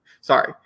Sorry